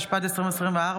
התשפ"ד 2024,